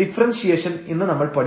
differentiation ഇന്ന് നമ്മൾ പഠിച്ചു